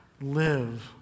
Live